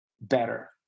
better